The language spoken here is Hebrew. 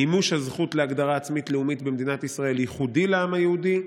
מימוש הזכות להגדרה עצמית לאומית במדינת ישראל ייחודי לעם היהודי,